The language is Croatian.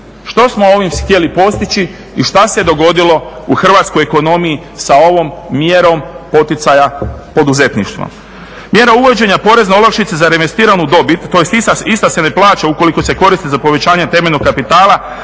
Što smo ovim htjeli postići i šta se dogodilo u hrvatskoj ekonomiji sa ovom mjerom poticaja poduzetništvom? Mjera uvođenja porezne olakšice za reinvestiranu dobit, tj. ista se ne plaća ukoliko se koristi za povećanje temeljenog kapitala